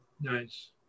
Nice